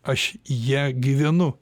aš ja gyvenu